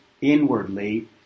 inwardly